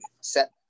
set